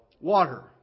Water